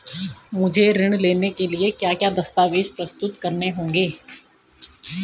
मुझे ऋण लेने के लिए क्या क्या दस्तावेज़ प्रस्तुत करने होंगे?